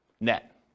net